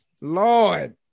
Lord